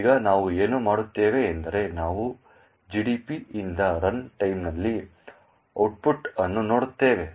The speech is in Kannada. ಈಗ ನಾವು ಏನು ಮಾಡುತ್ತೇವೆ ಎಂದರೆ ನಾವು GDB ಯಿಂದ ರನ್ಟೈಮ್ನಲ್ಲಿ ಔಟ್ಪುಟ್ ಅನ್ನು ನೋಡುತ್ತೇವೆ